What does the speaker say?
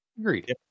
Agreed